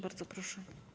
Bardzo proszę.